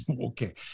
Okay